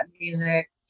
music